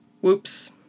Whoops